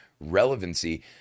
relevancy